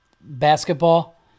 basketball